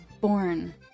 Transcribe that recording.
born